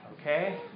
okay